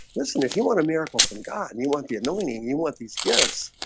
listen, if you want a miracle from god and you want the annoying name you want these gifts?